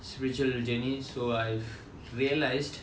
spiritual journey so I've realised